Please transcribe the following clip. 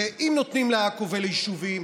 ואם נותנים לעכו וליישובים,